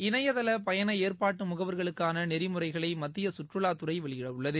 இணையதள பயண ஏற்பாட்டு முகவர்களுக்கான நெறிமுறைகளை மத்திய சுற்றுவாத்துறை வெளியிடவுள்ளது